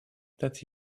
that